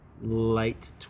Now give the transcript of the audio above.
late